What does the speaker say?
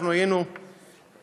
אנחנו היינו שם,